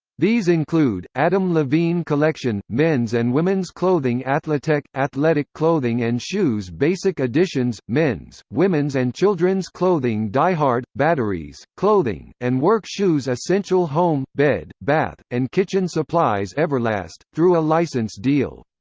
these include adam levine collection men's and women's clothing athletech athletic clothing and shoes basic editions men's, women's and children's clothing diehard batteries, clothing, and work shoes essential home bed, bath, and kitchen supplies everlast through a license deal.